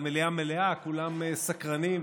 המליאה מלאה, כולם סקרנים: